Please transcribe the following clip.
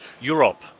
Europe